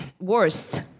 worst